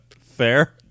Fair